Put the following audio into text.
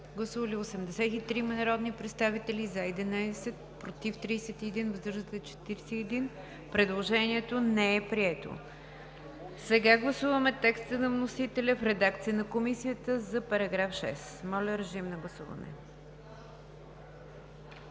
Гласували 83 народни представители: за 11, против 31, въздържали се 41. Предложението не е прието. Сега гласуваме текста на вносителя в редакция на Комисията за § 6. Гласували